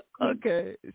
okay